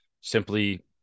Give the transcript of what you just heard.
simply